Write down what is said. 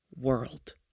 world